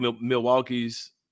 Milwaukee's